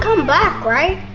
um back, right?